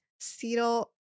cetyl